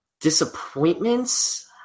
disappointments